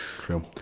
true